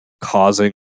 causing